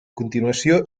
continuació